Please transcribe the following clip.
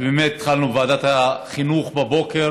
והתחלנו בישיבת ועדת החינוך בבוקר